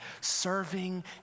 serving